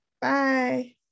Bye